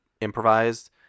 improvised